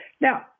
Now